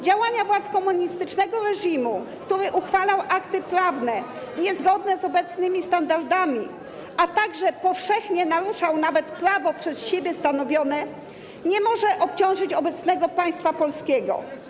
Działania władz komunistycznego reżimu, który uchwalał akty prawne niezgodne z obecnymi standardami, a także powszechnie naruszał nawet prawo przez siebie stanowione, nie mogą obciążyć obecnego państwa polskiego.